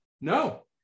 no